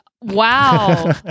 Wow